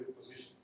position